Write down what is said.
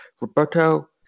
Roberto